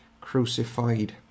crucified